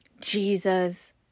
Jesus